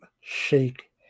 shake